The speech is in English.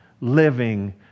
living